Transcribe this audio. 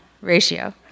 ratio